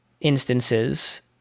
instances